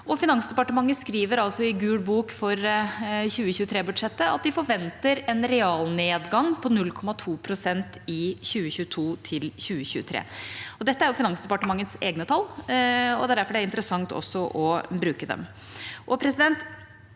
Finansdepartementet skriver altså i Gul bok for 2023-budsjettet at de forventer en realnedgang på 0,2 pst. i 2022– 2023. Dette er Finansdepartementets egne tall, og det er derfor det er interessant å bruke dem.